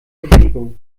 tobago